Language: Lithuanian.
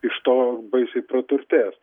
iš to baisiai praturtės